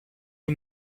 who